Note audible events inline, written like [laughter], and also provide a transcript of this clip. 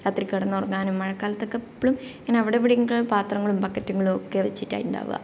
രാത്രി കിടന്നുറങ്ങാനും മഴക്കാലത്തെക്കെ എപ്പോഴും ഇങ്ങനെ അവിടെ ഇവിടെയും [unintelligible] പാത്രങ്ങളും ബക്കറ്റുകളും ഒക്കെ വച്ചിട്ടാണ് ഉണ്ടാവുക